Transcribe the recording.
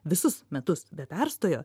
visus metus be perstojo